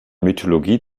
mythologie